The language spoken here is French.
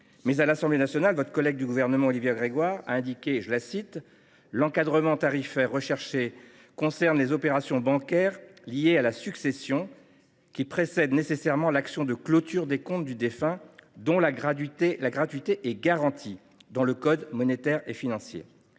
Mais, à l’Assemblée nationale, votre collègue du Gouvernement, Olivia Grégoire, a indiqué :« L’encadrement tarifaire recherché concerne les opérations bancaires liées à la succession […] qui précèdent nécessairement l’action de clôture des comptes du défunt, dont la gratuité est garantie […] dans le code monétaire et financier.